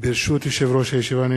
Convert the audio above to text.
יושב-ראש הישיבה,